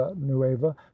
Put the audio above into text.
nueva